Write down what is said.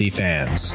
fans